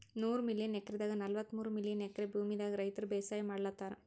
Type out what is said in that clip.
ನೂರ್ million ಎಕ್ರೆದಾಗ್ ನಲ್ವತ್ತಮೂರ್ million acre ಭೂಮಿದಾಗ್ ರೈತರ್ ಬೇಸಾಯ್ ಮಾಡ್ಲತಾರ್